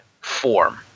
form